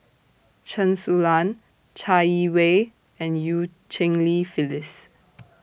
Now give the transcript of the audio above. Chen Su Lan Chai Yee Wei and EU Cheng Li Phyllis